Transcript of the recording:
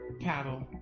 Cattle